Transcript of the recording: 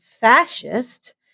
fascist